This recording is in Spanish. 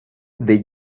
the